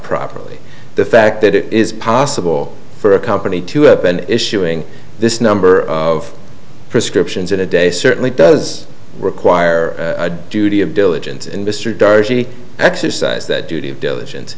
properly the fact that it is possible for a company to have been issuing this number of prescriptions in a day certainly does require a duty of diligence and mr darcy exercised that duty of diligen